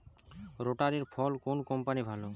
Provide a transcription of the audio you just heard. রোটারের ফল কোন কম্পানির ভালো?